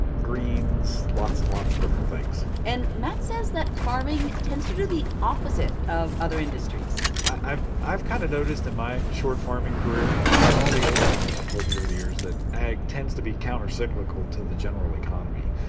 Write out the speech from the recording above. greens, lots and lots of different things and matt says that farming tends to do the opposite of other industries i've i've kind of noticed in my short farming career and all the old-timers have told me over the years that ag tends to be countercyclical to the general economy.